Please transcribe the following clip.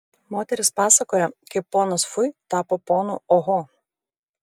moterys pasakoja kaip ponas fui tapo ponu oho